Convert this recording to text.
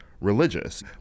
Religious